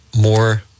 more